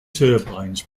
turbines